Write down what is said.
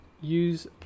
use